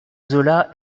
zola